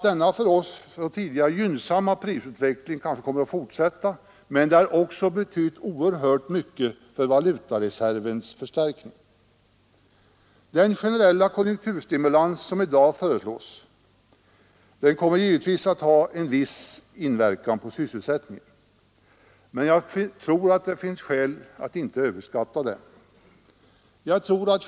Denna för oss tidigare så gynnsamma prisutveckling, som har haft stor betydelse för valutareservens förstärkning, kommer kanske att fortsätta. Den generella konjunkturstimulans som i dag föreslås kommer givetvis att ha en viss inverkan på sysselsättningen, men jag tror det finns skäl att inte överskatta den.